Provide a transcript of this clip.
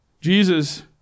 Jesus